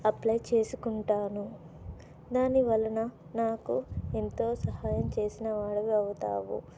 apply చేసుకుంటాను దాని వలన నాకు ఎంతో సహాయం చేసిన వాడివి అవుతావు